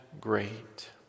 great